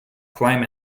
climb